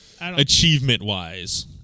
Achievement-wise